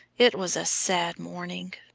it was a sad morning.